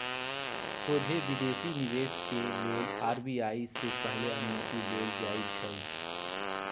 सोझे विदेशी निवेश के लेल आर.बी.आई से पहिले अनुमति लेल जाइ छइ